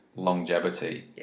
Longevity